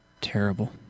terrible